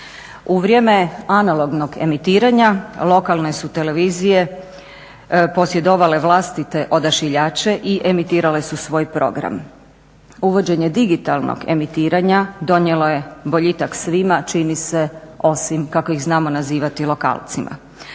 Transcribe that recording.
U vrijeme analognog emitiranja lokalne su televizije posjedovale vlastite odašiljače i emitirale su svoj program. Uvođenje digitalnog emitiranja donijelo je boljitak svima čini se osim kako ih znamo nazivati lokalcima.